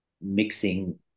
mixing